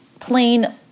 plain